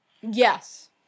Yes